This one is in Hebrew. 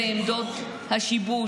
לא מתאים לך לעוות את המציאות.